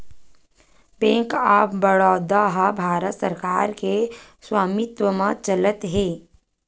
bank of Baroda ह भारत सरकार के स्वामित्व म चलत हे